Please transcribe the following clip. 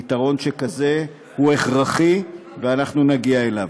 פתרון שכזה הוא הכרחי, ואנחנו נגיע אליו.